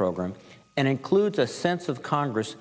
program and includes a sense of congress